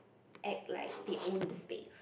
act like they own the space